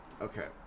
okay